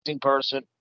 person